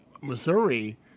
Missouri